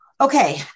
Okay